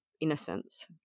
innocence